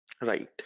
Right